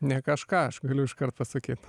ne kažką aš galiu iškart pasakyt